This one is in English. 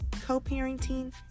co-parenting